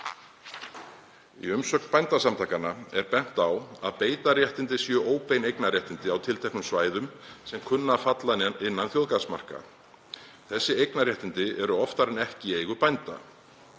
Í umsögn Bændasamtakanna er bent á að beitarréttindi séu óbein eignarréttindi á tilteknum svæðum sem kunna að falla innan þjóðgarðsmarka. Þessi eignarréttindi eru oftar en ekki í eigu bænda.